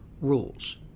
rules